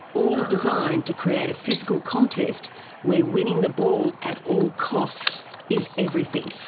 all designed to create a physical contest where winning the ball at all costs is everything.